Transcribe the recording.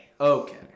Okay